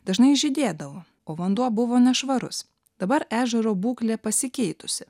dažnai žydėdavo o vanduo buvo nešvarus dabar ežero būklė pasikeitusi